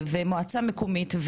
מועצה מקומית,